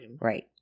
Right